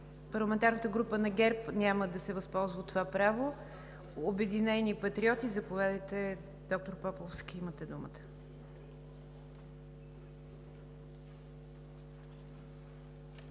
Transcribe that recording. Парламентарната група на ГЕРБ няма да се възползва от това право. От „Обединени патриоти“ – заповядайте, доктор Поповски, имате думата.